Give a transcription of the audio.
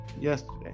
yesterday